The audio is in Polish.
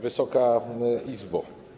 Wysoka Izbo!